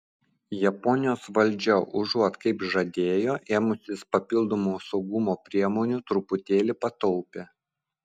japonijos valdžia užuot kaip žadėjo ėmusis papildomų saugumo priemonių truputėlį pataupė